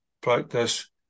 practice